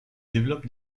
développe